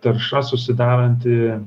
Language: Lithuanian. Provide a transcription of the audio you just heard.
tarša susidaranti